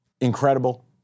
Incredible